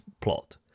plot